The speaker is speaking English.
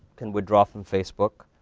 can withdraw from facebook,